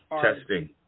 testing